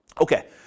Okay